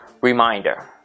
Reminder